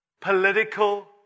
political